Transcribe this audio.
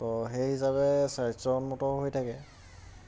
তো সেই হিচাপে স্বাস্থ্যসন্মত হৈ থাকে